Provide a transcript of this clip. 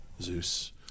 Zeus